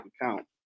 account